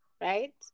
right